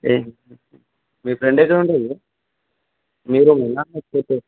మీ friend ఎక్కడ ఉంటాడు bro మీ రూములోన లేకపోతే